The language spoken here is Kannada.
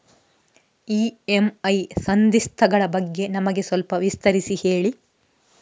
ಇ.ಎಂ.ಐ ಸಂಧಿಸ್ತ ಗಳ ಬಗ್ಗೆ ನಮಗೆ ಸ್ವಲ್ಪ ವಿಸ್ತರಿಸಿ ಹೇಳಿ